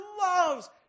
loves